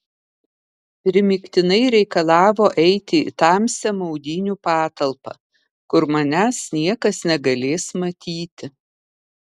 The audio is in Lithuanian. primygtinai reikalavo eiti į tamsią maudynių patalpą kur manęs niekas negalės matyti